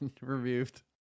removed